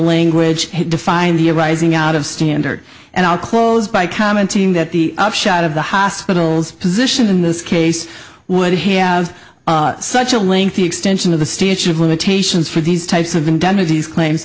language defined the arising out of standard and i'll close by commenting that the upshot of the hospital's position in this case would have such a lengthy extension of the statue of limitations for these types of indemnities claims